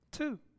Two